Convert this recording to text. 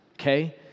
okay